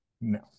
no